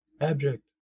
Abject